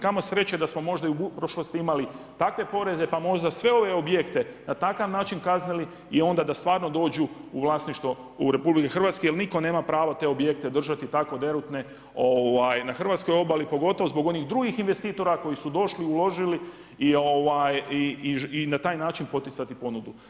Kamo sreće, da smo možda i u prošlosti imali takve poreze, pa možda sve ove objekte, na takav način kaznili i onda da stvarno dođu u vlasništvo u RH, jer nitko nema pravo te objekte držati tako derutne na hrvatskoj obali, pogotovo zbog onih drugih investitora, koji su došli, uložili i na taj način poticati ponudu.